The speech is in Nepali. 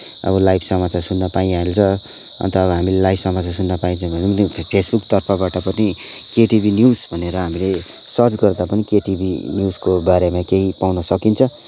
अब लाइभ समाचार सुन्न पाइहाल्छ अन्त अब हामीले लाइभ समाचार सुन्न पाइन्छ भने फेसबुकतर्फबाट पनि केटिभी न्युज भनेर हामीले सर्च गर्दा पनि केटिभी न्युजको बारेमा केही पाउन सकिन्छ